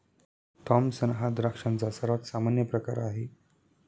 Thompson हा द्राक्षांचा सर्वात सामान्य प्रकार आहे